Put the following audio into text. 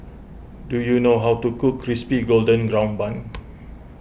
do you know how to cook Crispy Golden Brown Bun